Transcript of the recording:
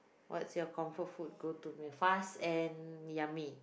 what's your comfort food go to meal fast and yummy